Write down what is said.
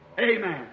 Amen